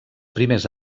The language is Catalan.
primers